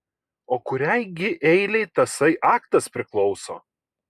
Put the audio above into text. o kuriai gi eilei tasai aktas priklauso